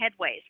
headways